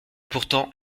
pourtant